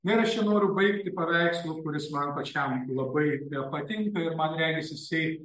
na ir aš čia noriu baigti paveikslu kuris man pačiam labai patinka ir man regis jisai